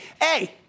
Hey